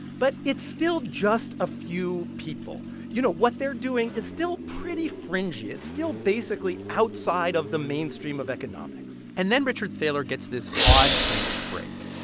but it's still just a few people. you know, what they're doing is still pretty fringy. it's still basically outside of the mainstream of economics and then richard thaler gets this odd kind of break.